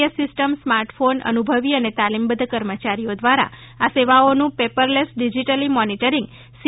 S system smart phone અનુભવી અને તાલીમબદ્ધ કર્મચારીઓ દ્વારા આ સેવાઓનું પેપરલેસ ડિઝીટલી મોનિટરીંગ સી